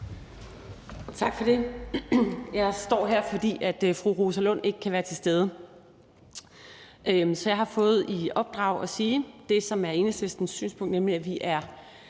Tak for det. Jeg står her, fordi fru Rosa Lund ikke kan være til stede. Jeg har fået i opdrag at sige det, som er Enhedslistens synspunkt, nemlig at vi i